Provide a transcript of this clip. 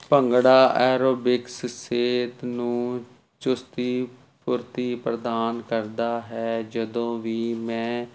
bhangra aerobics ਸਿਹਤ ਨੂੰ ਚੁਸਤੀ ਫੁਰਤੀ ਪ੍ਰਦਾਨ ਕਰਦਾ ਹੈ ਜਦੋਂ ਵੀ ਮੈਂ